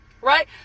Right